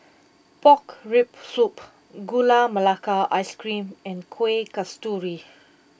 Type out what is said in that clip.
Pork Rib Soup Gula Melaka Ice Cream and Kuih Kasturi